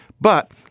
But-